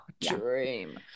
dream